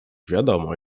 wiadomo